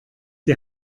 die